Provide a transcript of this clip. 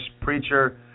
Preacher